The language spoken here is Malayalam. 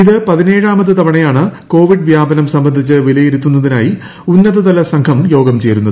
ഇത് പതിനേഴാമത് തവണയാണ് കോവിഡ് വ്യാപനം സംബന്ധിച്ച് വിലയിരുത്തുന്നതിനായി ഉന്നതതല സംഘം യോഗം ചേരുന്നത്